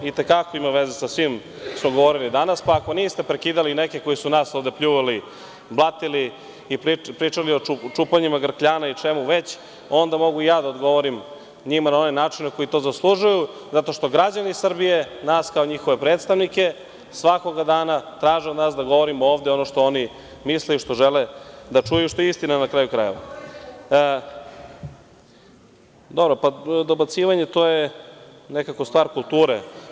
Ovo i te kako ima veze sa svim što smo govorili danas, pa ako niste prekidali neke koji su nas ovde pljuvali, blatili i pričali o čupanjima grkljana i čemu već, onda mogu i ja da odgovorim njima na onaj način na koji to zaslužuju, zato što građani Srbije nas kao njihove predstavnike, svakoga dana traže od nas da govorimo ovde ono što oni misle i što žele da čuju, a što je istina, na kraju krajeva. (Ana Stevanović: Tema!) Dobacivanje je nekako stvar kulture.